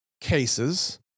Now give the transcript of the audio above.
cases